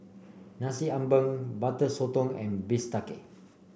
Nasi Ambeng Butter Sotong and bistake